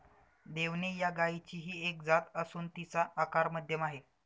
देवणी या गायचीही एक जात असून तिचा आकार मध्यम आहे